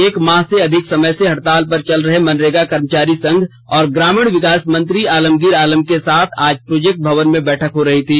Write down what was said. एक माह से अधिक समय से हडताल पर चल रहे मनरेगा कर्मचारी संघ और ग्रामीण विकास मंत्री आलमगीर आलम के साथ आज प्रोजेक्ट भवन में बैठक हो रही थी